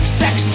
sex